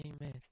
Amen